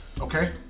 Okay